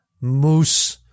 moose